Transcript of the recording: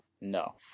No